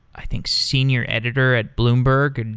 i think, senior editor at bloomberg.